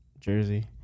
Jersey